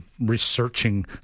researching